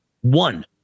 One